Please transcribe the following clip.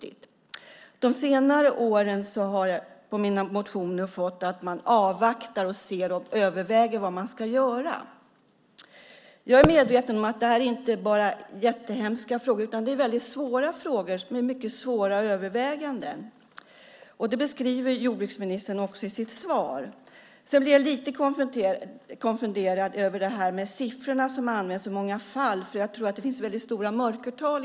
Under de senare åren har man med anledning av mina motioner sagt att man avvaktar och överväger vad man ska göra. Jag är medveten om att det inte bara är jättehemska frågor utan också väldigt svåra frågor, med mycket svåra överväganden. Det beskriver jordbruksministern i sitt svar. Sedan blir jag lite konfunderad över de siffror som används om hur många fall det rör sig om. Jag tror att det finns ett stort mörkertal.